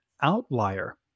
outlier